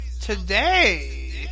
today